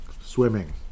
swimming